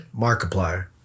Markiplier